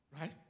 Right